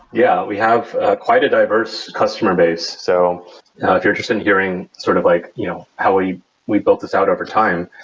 yeah. we have ah quite a diverse customer base. so you're interested in hearing sort of like you know how we we built this out overtime,